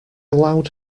loud